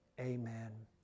Amen